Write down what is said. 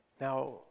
Now